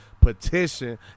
petition